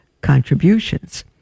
contributions